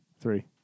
Three